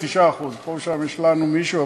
99% הם אנשי הרשות, פה ושם יש לנו מישהו.